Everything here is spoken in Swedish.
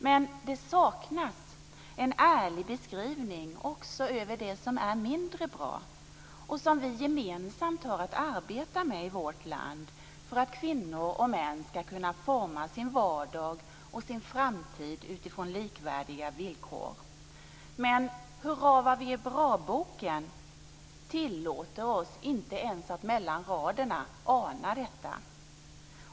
Men det saknas en ärlig beskrivning av det som är mindre bra och som vi gemensamt har att arbeta med i vårt land för att kvinnor och män ska kunna forma sin vardag och framtid utifrån likvärdiga villkor. "Hurra-vad-vi-är-bra-boken" tillåter oss inte ens att mellan raderna ana detta.